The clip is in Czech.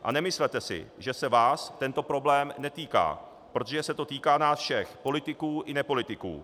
A nemyslete si, že se vás tento problém netýká, protože se to týká nás všech politiků i nepolitiků.